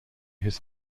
his